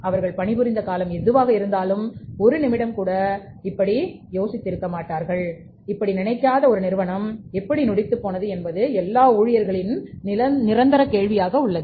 அவர்கள் பணிபுரிந்த காலம் எதுவாக இருந்தாலும் ஒரு நிமிடம் கூட இப்படி ஆகும் என்று நினைக்காத ஒரு நிறுவனம் எப்படி நொடித்துப் போனது என்பது எல்லா ஊழியர்களின் நிரந்தர கேள்வியாக உள்ளது